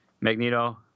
Magneto